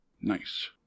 Nice